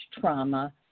trauma